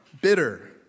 bitter